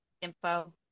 Info